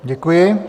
Děkuji.